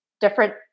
different